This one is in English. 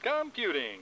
computing